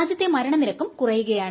രാജ്യത്തെ മരണനിരക്കും കുറയുകയാണ്